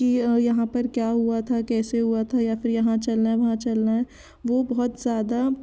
कि यहाँ पर क्या हुआ था कैसे हुआ था या फिर यहाँ चलना है वहाँ चलना है वो बहुत ज़्यादा